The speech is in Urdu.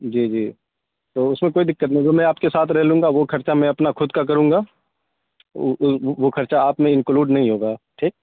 جی جی تو اس میں کوئی دقت نہیں وہ میں آپ کے ساتھ رہ لوں گا وہ خرچہ میں اپنا خود کا کروں گا وہ خرچہ آپ میں انکلوڈ نہیں ہوگا ٹھیک